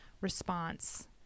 response